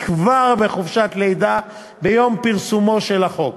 כבר בחופשת לידה ביום פרסומו של החוק.